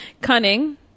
Cunning